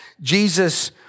Jesus